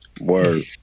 Word